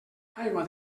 aigua